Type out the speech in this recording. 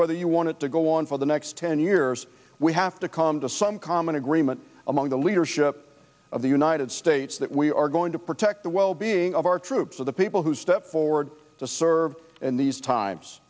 whether you want to go on for the next ten years we have to come to some common agreement among the leadership of the united states that we are going to protect the well being of our troops are the people who step forward to serve in these times